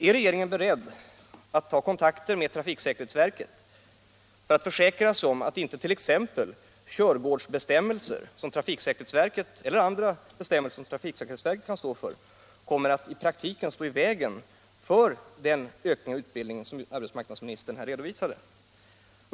Är regeringen beredd att ta kontakt med trafiksäkerhetsverket för att försäkra sig om att t.ex. körgårdsbestämmelser eller andra bestämmelser som trafiksäkerhetsverket utfärdar i praktiken inte kommer att stå i vägen för den ökning av utbildningen som arbetsmarknadsministern här redovisat?